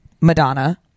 madonna